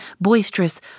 boisterous